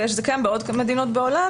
וזה קיים בעוד מדינות בעולם,